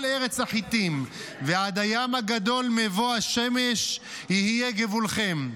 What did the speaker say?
ארץ החִתים ועד הים הגדול מבוא השמש יהיה גבולכם".